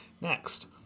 Next